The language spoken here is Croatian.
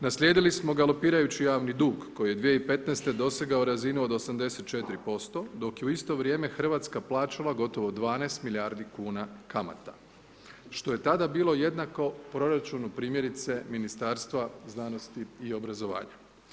Naslijedili smo galopirajući javni dug koji je 2015.-te dosegao razinu od 84%, dok je u isto vrijeme RH plaćala gotovo 12 milijardi kuna kamata, što je tada bilo jednako proračunu primjerice Ministarstva znanosti i obrazovanja.